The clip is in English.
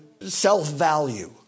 self-value